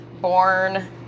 born